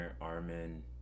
Armin